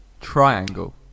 Triangle